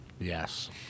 Yes